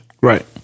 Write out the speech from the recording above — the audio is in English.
Right